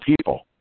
people